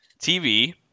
TV